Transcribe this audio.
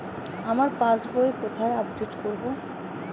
আমার পাস বই কোথায় আপডেট করব?